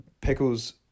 Pickles